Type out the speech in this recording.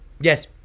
yes